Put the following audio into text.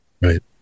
Right